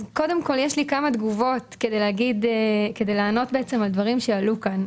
אשמח להגיב על כמה דברים שעלו פה.